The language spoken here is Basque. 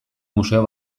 museo